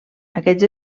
aquests